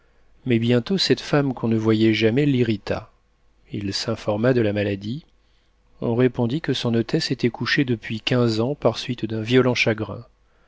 mais bientôt cette femme qu'on ne voyait jamais l'irrita il s'informa de la maladie on répondit que son hôtesse était couchée depuis quinze ans par suite d'un violent chagrin